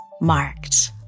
marked